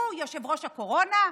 הוא יושב-ראש הקורונה,